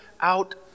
out